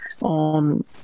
on